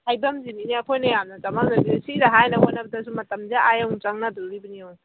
ꯍꯥꯏꯐꯝꯁꯤꯅꯤꯅꯦ ꯑꯩꯈꯣꯏꯅ ꯌꯥꯝꯅ ꯆꯃꯝꯅꯔꯤꯁꯦ ꯁꯤꯗ ꯍꯥꯏꯅꯕ ꯍꯣꯠꯅꯕꯗꯁꯨ ꯃꯇꯝꯁꯦ ꯑꯥ ꯌꯧꯅ ꯆꯪꯅꯗꯣꯔꯤꯕꯅꯤ ꯌꯦꯡꯎ